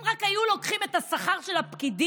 אם רק היו לוקחים את השכר של הפקידים